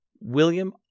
William